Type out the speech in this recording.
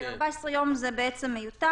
14 יום זה מיותר.